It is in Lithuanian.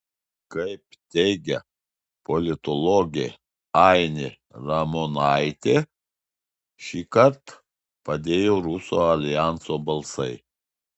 kaip teigia politologė ainė ramonaitė šįkart padėjo rusų aljanso balsai